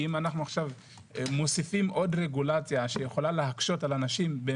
כי אם אנחנו עכשיו מוסיפים עוד רגולציה שיכולה להקשות על אנשים.